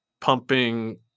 pumping